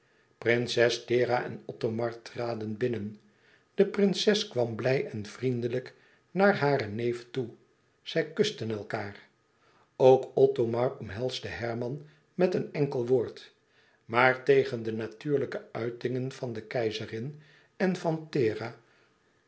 prinses thera en othomar traden binnen de prinses kwam blij en vriendelijk naar haren neef toe zij kusten elkaâr ook othomar omhelsde herman met een enkel woord maar tegen de natuurlijke uitingen van de keizerin en thera